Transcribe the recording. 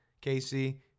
Casey